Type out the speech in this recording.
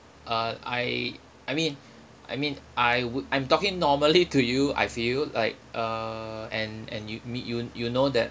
uh I I mean I mean I would I'm talking normally to you I feel like uh and and you me you you know that